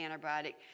antibiotic